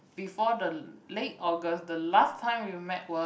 before the late August the last time we met were